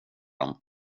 dem